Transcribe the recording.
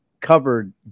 covered